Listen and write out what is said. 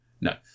No